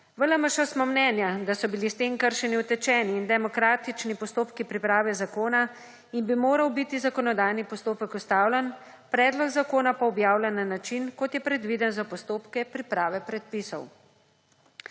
V LMŠ smo mnenja, da so bili s tem kršeni utečeni in demokratični postopki priprave zakona in bi moral biti zakonodajni postopek ustavljen, predlog zakona pa objavljen na način, kot je predviden za postopke priprave predpisov.